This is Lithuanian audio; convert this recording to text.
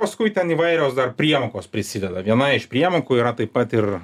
paskui ten įvairios dar priemokos prisideda viena iš priemokų yra taip pat ir